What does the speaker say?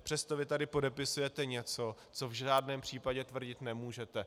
Přesto vy tady podepisujete něco, co v žádném případě tvrdit nemůžete.